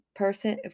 person